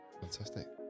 Fantastic